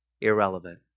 irrelevant